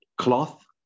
cloth